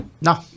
No